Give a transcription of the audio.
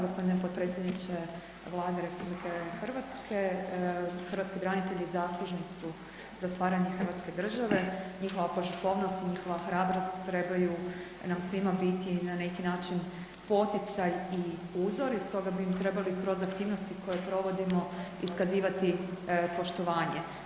Gospodine potpredsjedniče Vlade RH, hrvatski branitelji zaslužni su za stvaranje hrvatske države, njihova požrtvovnost i njihova hrabrost trebaju nam svima biti na neki način poticaj i uzor i stoga bi im trebali kroz aktivnosti koje provodimo, iskazivati poštovanje.